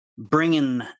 bringing